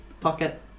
Pocket